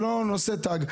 שלא נושאים תג?